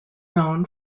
known